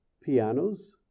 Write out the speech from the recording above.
pianos